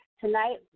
Tonight